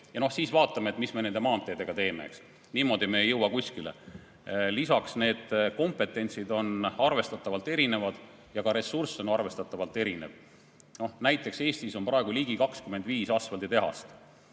ja siis vaatame, mis me nende maanteedega teeme. Niimoodi me ei jõua kuskile. Lisaks on need kompetentsid arvestatavalt erinevad ja ka ressursid on arvestatavalt erinevad. Näiteks on Eestis praegu ligi 25 asfalditehast.